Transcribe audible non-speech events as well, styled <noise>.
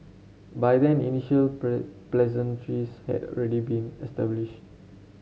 by then initial <unintelligible> pleasantries had already been established